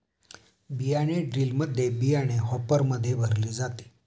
बियाणे ड्रिलमध्ये बियाणे हॉपरमध्ये भरले जाते